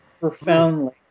profoundly